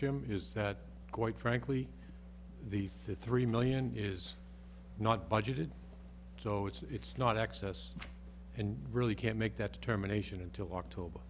jim is that quite frankly the three million is not budgeted so it's not excess and really can't make that determination until october